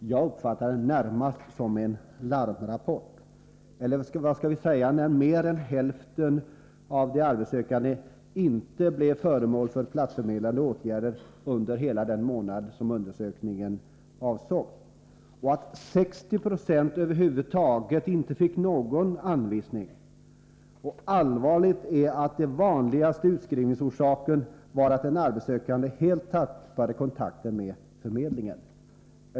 Jag uppfattar rapporten närmast som en larmrapport. Vad skall vi annars säga när mer än hälften av de arbetssökande inte blev föremål för platsförmedlande åtgärder under hela den månad som undersökningen avsåg? 60 90 fick ju över huvud taget ingen anvisning på arbete. Det är allvarligt att den vanligaste utskrivningsorsaken var att den arbetssökande helt tappat kontakten med förmedlingen.